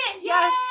yes